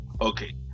Okay